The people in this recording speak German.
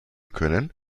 können